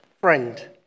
Friend